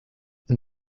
and